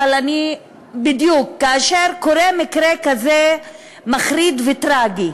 אבל בדיוק כאשר קורה מקרה כזה מחריד וטרגי,